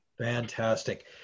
Fantastic